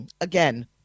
Again